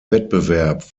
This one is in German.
wettbewerb